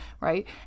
right